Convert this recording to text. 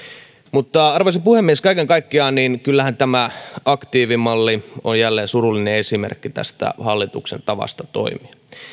arvoisa puhemies kaiken kaikkiaan kyllähän tämä aktiivimalli on jälleen surullinen esimerkki tästä hallituksen tavasta toimia